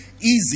Easy